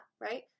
right